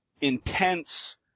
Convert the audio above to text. intense